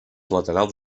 laterals